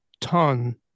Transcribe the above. ton